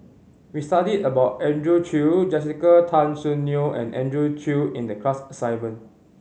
we studied about Andrew Chew Jessica Tan Soon Neo and Andrew Chew in the class assignment